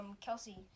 Kelsey